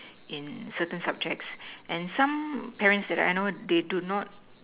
in certain subjects and some parents that I know they do not